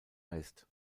heißt